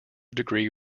degree